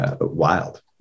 wild